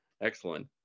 excellent